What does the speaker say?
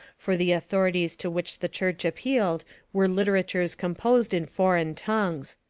for the authorities to which the church appealed were literatures composed in foreign tongues.